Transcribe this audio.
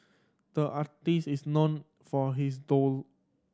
the artist is known for his